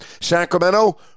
Sacramento